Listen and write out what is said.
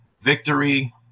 Victory